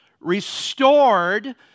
restored